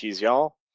y'all